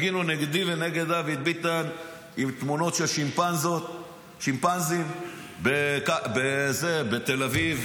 הפגינו נגדי ונגד דוד ביטן עם תמונות של שימפנזים בתל אביב,